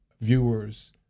viewers